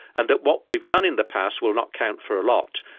and that what we've done in the past will not count for a lot.